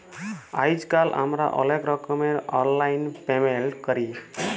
আইজকাল আমরা অলেক রকমের অললাইল পেমেল্ট ক্যরি